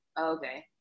Okay